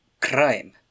crime